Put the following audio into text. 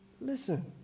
Listen